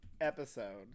episode